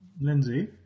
Lindsay